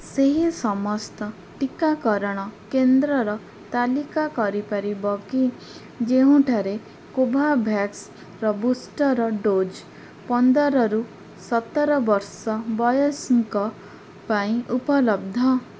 ସେହି ସମସ୍ତ ଟିକାକରଣ କେନ୍ଦ୍ରର ତାଲିକା କରିପାରିବ କି ଯେଉଁଠାରେ କୋଭୋଭ୍ୟାକ୍ସ ର ବୁଷ୍ଟର୍ ଡୋଜ୍ ପନ୍ଦରରୁ ସତର ବର୍ଷ ବୟସଙ୍କ ପାଇଁ ଉପଲବ୍ଧ